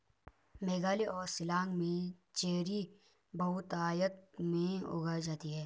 मेघालय और शिलांग में चेरी बहुतायत में उगाई जाती है